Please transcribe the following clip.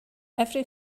every